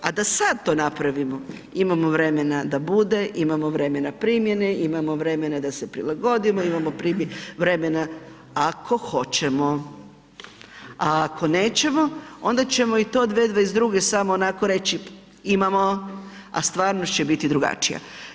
A da sad to napravimo, imamo vremena da bude, imamo vremena primjene, imamo vremena da se prilagodimo, imamo … [[Govornik se ne razumije]] vremena ako hoćemo, a ako nećemo onda ćemo i to 2022. samo onako reći, imamo, a stvarnost će biti drugačija.